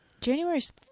January's